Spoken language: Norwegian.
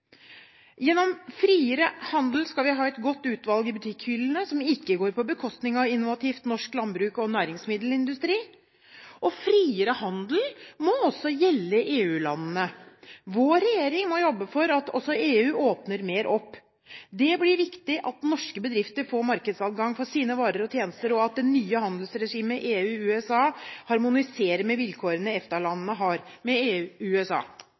Gjennom friere handel skal vi ha et godt utvalg i butikkhyllene som ikke går på bekostning av innovativt norsk landbruk og næringsmiddelindustri. Friere handel må også gjelde EU-landene. Vår regjering må jobbe for at også EU åpner mer opp. Det blir viktig at norske bedrifter får markedsadgang for sine varer og tjenester, og at det nye handelsregimet EU–USA harmoniserer med vilkårene EFTA-landene har med